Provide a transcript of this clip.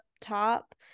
top